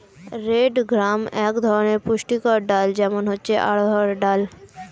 red gram এক ধরনের পুষ্টিকর ডাল, যেমন হচ্ছে অড়হর ডাল